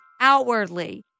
outwardly